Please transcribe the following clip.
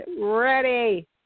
ready